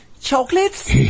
Chocolates